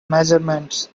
measurements